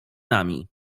nami